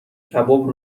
کباب